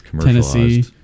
Tennessee